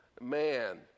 man